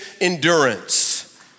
endurance